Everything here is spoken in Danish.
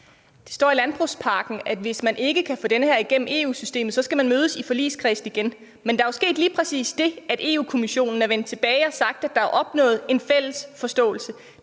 Det står i landbrugspakken, at hvis man ikke kan få den igennem EU-systemet, så skal man mødes i forligskredsen igen. Men der er jo sket lige præcis det, at Europa-Kommissionen er vendt tilbage og har sagt, at der er opnået en fælles forståelse.